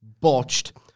botched